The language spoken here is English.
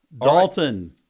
Dalton